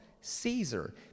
Caesar